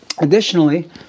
Additionally